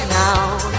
now